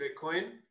Bitcoin